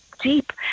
deep